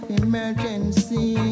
emergency